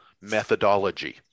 methodology